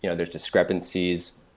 you know there's discrepancies.